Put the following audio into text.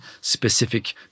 specific